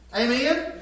Amen